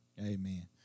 Amen